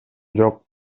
жок